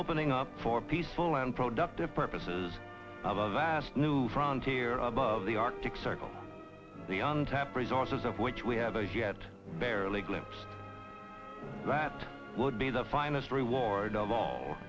opening up for peaceful and productive purposes of a vast new frontier above the arctic circle the untapped resources of which we have a he had barely a glimpse that would be the finest reward of all